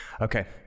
Okay